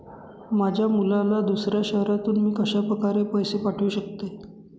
माझ्या मुलाला दुसऱ्या शहरातून मी कशाप्रकारे पैसे पाठवू शकते?